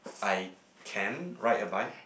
I can ride a bike